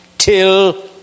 till